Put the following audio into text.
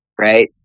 right